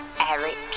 Eric